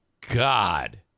God